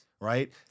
Right